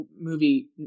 movie